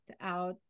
out